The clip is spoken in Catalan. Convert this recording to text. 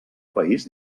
país